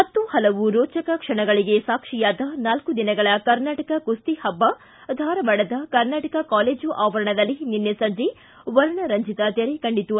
ಹತ್ತು ಹಲವು ರೋಚಕ ಕ್ಷಣಗಳಿಗೆ ಸಾಕ್ಷಿಯಾದ ನಾಲ್ತು ದಿನಗಳ ಕರ್ನಾಟಕ ಕುಸ್ತಿ ಹಬ್ಬ ಧಾರವಾಡದ ಕರ್ನಾಟಕ ಕಾಲೇಜು ಆವರಣದಲ್ಲಿ ನಿನ್ನೆ ಸಂಜೆ ವರ್ಣ ರಂಜಿತ ತೆರೆ ಕಂಡಿತು